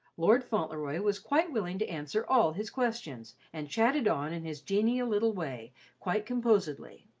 lord fauntleroy was quite willing to answer all his questions and chatted on in his genial little way quite composedly.